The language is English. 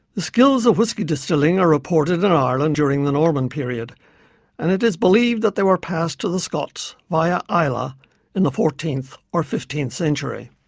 skills of whiskey distilling are reported in ireland during the norman period and it is believed that they were passed to the scots via ah islay in the fourteenth or fifteenth century.